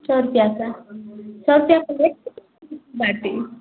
सौ रुपया का सौ रुपया का एक बाटी